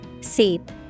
Seep